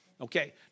Okay